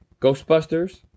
Ghostbusters